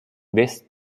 west